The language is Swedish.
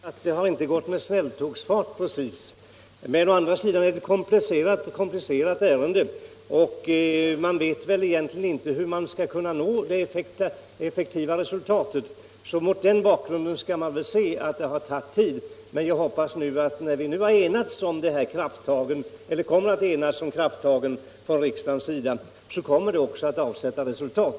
Herr talman! Jag medger att behandlingen inte precis har gått med snälltågsfart. Men å andra sidan är detta en komplicerad fråga. Man vet väl egentligen inte hur man skall nå effektiva resultat. Mot den bakgrunden får vi väl se det förhållandet att ärendet har tagit tid. Men när riksdagen nu kommer att enas om krafttagen hoppas jag att det också kommer att avsätta resultat.